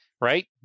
right